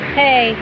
hey